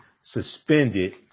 suspended